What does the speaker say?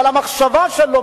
אבל המחשבה שלו,